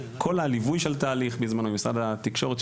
כל הליווי של התהליך עם משרד התקשורת,